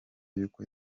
y’uko